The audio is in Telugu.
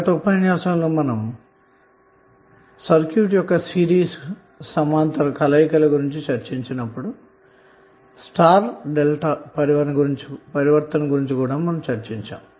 గత ఉపన్యాసంలో సర్క్యూట్ యొక్క సిరీస్ సమాంతర కలయిక గురించి చెప్పుకున్నప్పుడు మనం స్టార్ డెల్టా ట్రాన్సఫార్మషన్ గురించి కూడా చెప్పుకొన్నాము